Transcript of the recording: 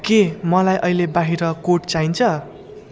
के मलाई अहिले बाहिर कोट चाहिन्छ